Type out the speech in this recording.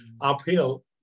uphill